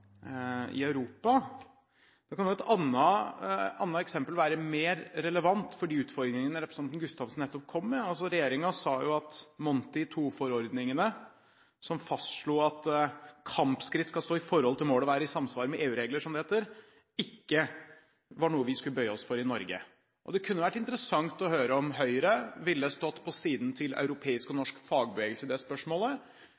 i Europa. Da kan et annet eksempel være mer relevant for de utfordringen representanten Gustavsen nettopp kom med. Regjeringen sa at Monti II-forordningen – som fastslo at kampskritt skal stå i forhold til mål og være i samsvar med EU-regler, som det heter – ikke var noe vi skulle bøye oss for i Norge. Det kunne vært interessant å høre om Høyre ville stått på siden til europeisk og